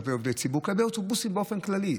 כלפי עובדי ציבור באוטובוסים באופן כללי,